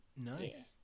nice